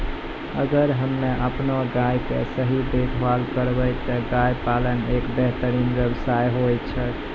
अगर हमॅ आपनो गाय के सही देखभाल करबै त गाय पालन एक बेहतरीन व्यवसाय होय छै